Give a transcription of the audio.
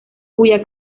cuya